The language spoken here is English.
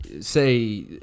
Say